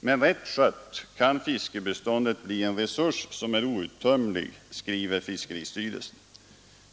Men rätt skött kan fiskbeståndet bli en resurs som är outtömlig, skriver fiskeristyrelsen.